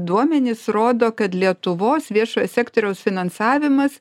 duomenys rodo kad lietuvos viešojo sektoriaus finansavimas